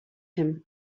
him